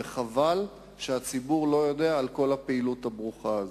וחבל שהציבור לא יודע על כל הפעילות הברוכה הזאת.